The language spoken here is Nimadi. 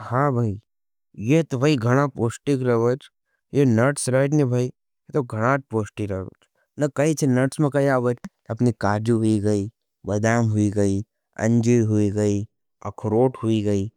हाँ भाई, ये तो भाई गणा पोष्टिक रहज। ये नर्ट्स रहज ने भाई, ये तो गणाद पोष्टिक रहज। न नर्ट्स में काजू, बदाम, अंजीर, अक्रोट हुई गई।